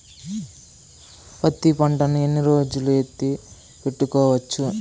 పత్తి పంటను ఎన్ని రోజులు ఎత్తి పెట్టుకోవచ్చు?